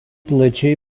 plačiai